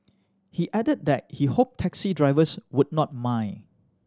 he added that he hope taxi drivers would not mind